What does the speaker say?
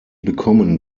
bekommen